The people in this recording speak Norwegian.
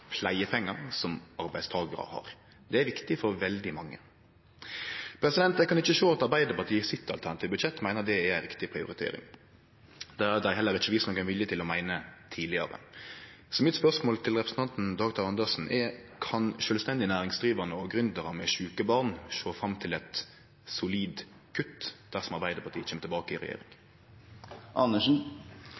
som det arbeidstakarar har. Det er viktig for veldig mange. Eg kan ikkje sjå at Arbeidarpartiet i sitt alternative budsjett meiner at det er ei riktig prioritering. Det har dei heller ikkje vist nokon vilje til å meine tidlegare. Så mitt spørsmål til representanten Dag Terje Andersen er: Kan sjølvstendig næringsdrivande og gründerar med sjuke barn sjå fram til eit solid kutt dersom Arbeidarpartiet kjem tilbake i regjering?